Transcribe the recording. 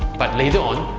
but later on,